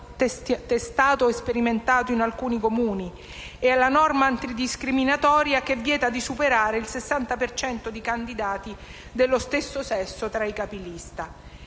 testato e sperimentato in alcuni Comuni, e alla norma antidiscriminatoria che vieta di superare il 60 per cento di candidati dello stesso sesso tra i capilista.